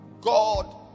God